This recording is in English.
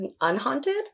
unhaunted